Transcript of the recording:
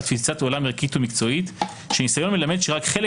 תפיסת עולם ערכית ומקצועית שהניסיון מלמד שרק חלק